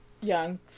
young